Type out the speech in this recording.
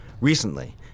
Recently